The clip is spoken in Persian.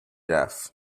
رفت